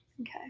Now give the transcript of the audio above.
Okay